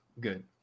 good